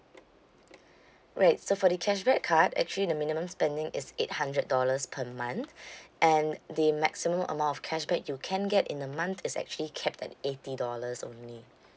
right so for the cashback card actually the minimum spending is eight hundred dollars per month and the maximum amount of cashback you can get in a month is actually capped at eighty dollars only